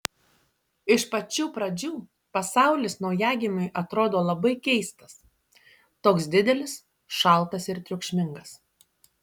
iš pačių pradžių pasaulis naujagimiui atrodo labai keistas toks didelis šaltas ir triukšmingas